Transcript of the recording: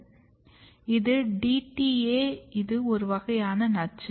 இது DTA இது ஒரு வகையான நச்சு